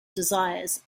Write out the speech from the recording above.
desires